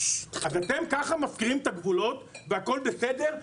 אז אתם ככה מפקירים את הגבולות והכול בסדר?